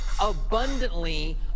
abundantly